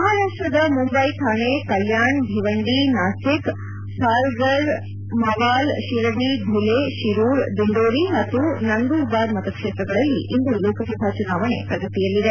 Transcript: ಮಹಾರಾಷ್ಟದ ಮುಂಬೈ ಥಾಣೆ ಕಲ್ಯಾಣ್ ಭಿವಂಡಿ ನಾಶಿಕ್ ಫಾಲ್ಗರ್ ಮವಾಲ್ ಶಿರಡಿ ಧುಲೆ ಶಿರೂರ್ ದಿಂಡೋರಿ ಮತ್ತು ನಂದೂರ್ಬಾರ್ ಮತಕ್ಷೇತ್ರಗಳಲ್ಲಿ ಇಂದು ಲೋಕಸಭಾ ಚುನಾವಣೆ ಪ್ರಗತಿಯಲ್ಲಿದೆ